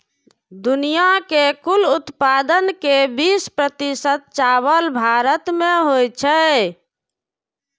दुनिया के कुल उत्पादन के बीस प्रतिशत चावल भारत मे होइ छै